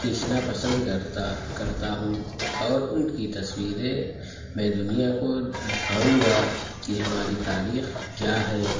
کھیچنا پسند کرتا کرتا ہوں اور ان کی تصویریں میں دنیا کو دکھاؤں گا کہ ہماری تاریخ کیا ہے